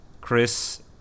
Chris